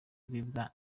bimwa